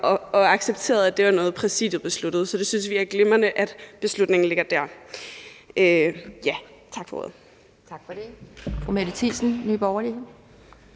har accepteret, at det var noget, Præsidiet besluttede. Vi synes, det er glimrende, at beslutningen ligger dér. Tak for ordet. Kl.